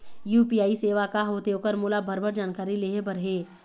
UPI सेवा का होथे ओकर मोला भरभर जानकारी लेहे बर हे?